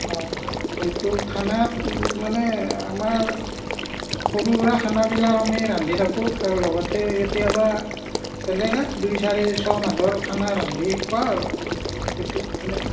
অঁ সেইটো খানাৰ মানে আমাৰ সৰু সুৰা খানাবিলাক আমি ৰান্ধি থাকোঁ আৰু লগতে কেতিয়াবা এনেকুৱা দুই চাৰিশ মানুহৰ খানা ৰান্ধি খুৱাওঁ আৰু ইটো সেনে